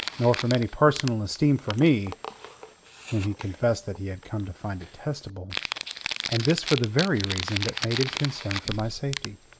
nor from any personal esteem for me whom he confessed that he had come to find detestable and this for the very reason that made him concerned for my safety.